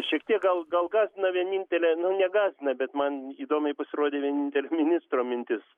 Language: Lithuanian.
šitiek gal gal gąsdina vienintelė nu negąsdina bet man įdomiai pasirodė vienintelė ministro mintis